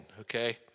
okay